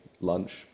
lunch